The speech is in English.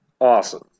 Awesome